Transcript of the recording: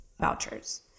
vouchers